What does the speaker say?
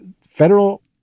federal